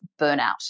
burnout